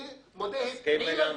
אני מודה, היא התחילה לפעול.